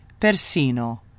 persino